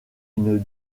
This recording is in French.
une